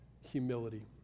humility